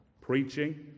preaching